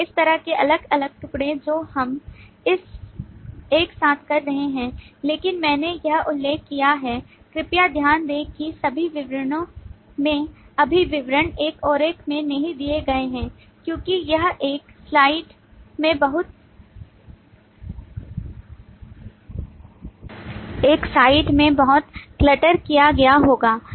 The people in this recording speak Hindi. इसलिए इस तरह के अलग अलग टुकड़े जो हम एक साथ कर रहे हैं लेकिन मैंने यहां उल्लेख किया है कृपया ध्यान दें कि सभी विवरणों में सभी विवरण इस आरेख में नहीं दिए गए हैं क्योंकि यह एक स्लाइड में बहुत clutter किया गया होगा